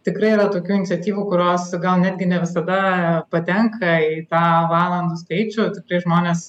tikrai yra tokių iniciatyvų kurios gal netgi ne visada patenka į tą valandų skaičių tikrai žmonės